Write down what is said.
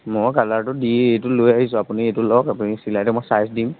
মই কালাৰটো দি এইটো লৈ আহিছোঁ আপুনি এইটো লওক আপুনি চিলাইতো মই চাইজ দিম